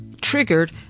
triggered